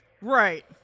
Right